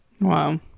Wow